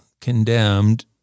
condemned